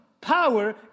power